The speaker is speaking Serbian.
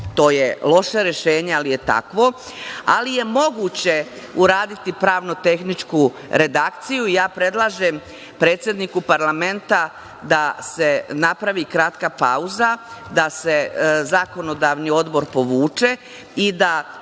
To je loše rešenje, ali je takvo, ali je moguće uraditi pravno tehničku redakciju i ja predlažem predsedniku parlamenta da se napravi kratka pauza, da se Zakonodavni odbor povuče i da